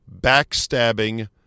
backstabbing